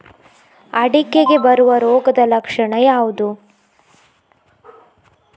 ಅಡಿಕೆಗೆ ಬರುವ ರೋಗದ ಲಕ್ಷಣ ಯಾವುದು?